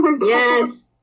Yes